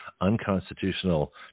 unconstitutional